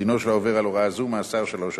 דינו של העובר על הוראה זו, מאסר שלוש שנים.